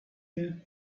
you